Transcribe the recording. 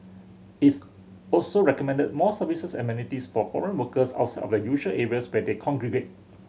its also recommended more services and amenities for foreign workers outside of the usual areas where they congregate